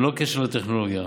ללא קשר לטכנולוגיה.